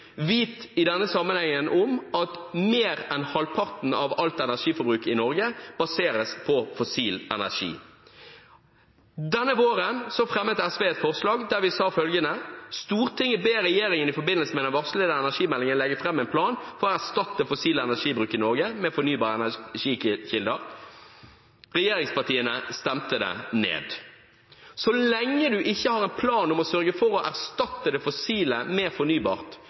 Vit i denne sammenhengen at mer enn halvparten av alt energiforbruk i Norge baseres på fossil energi! Denne våren fremmet SV et forslag der vi sa følgende: «Stortinget ber regjeringen, i forbindelse med den varslede energimeldingen, legge frem en plan for å erstatte fossil energibruk i Norge med fornybare energikilder.» Regjeringspartiene stemte det ned. Så lenge man ikke har en plan om å sørge for å erstatte det fossile med fornybart,